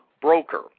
broker